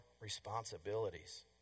responsibilities